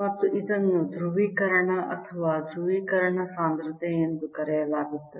ಮತ್ತು ಇದನ್ನು ಧ್ರುವೀಕರಣ ಅಥವಾ ಧ್ರುವೀಕರಣ ಸಾಂದ್ರತೆ ಎಂದು ಕರೆಯಲಾಗುತ್ತದೆ